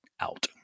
out